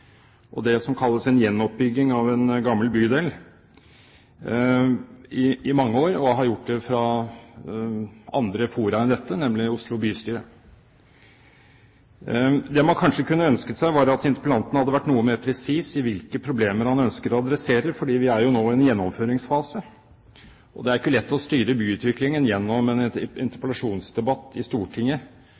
og det som kalles en gjenoppbygging av en gammel bydel, i mange år, og har gjort det fra andre fora enn dette, nemlig Oslo bystyre. Det man kanskje kunne ønsket seg, var at interpellanten hadde vært noe mer presis når det gjelder hvilke problemer han ønsker å adressere – vi er jo nå i en gjennomføringsfase, og det er ikke lett å styre byutviklingen gjennom en interpellasjonsdebatt i Stortinget